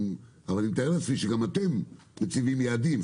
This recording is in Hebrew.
אבל אני מתאר לעצמי שגם אתם מציבים יעדים.